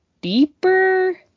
deeper